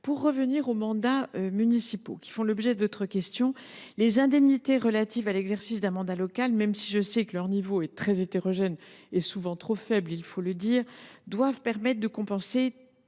J’en reviens aux mandats municipaux qui font l’objet de votre question. Les indemnités relatives à l’exercice d’un mandat local, même si je sais que leur niveau est très hétérogène et souvent trop faible – il faut le reconnaître –, doivent permettre de compenser